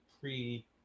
pre